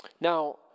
Now